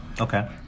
Okay